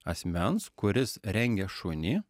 asmens kuris rengia šunį